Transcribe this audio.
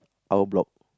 our block